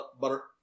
butter